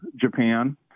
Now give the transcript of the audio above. Japan